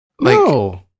No